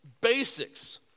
basics